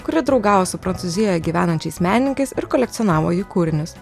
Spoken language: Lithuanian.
kuri draugavo su prancūzijoje gyvenančiais menininkais ir kolekcionavo jų kūrinius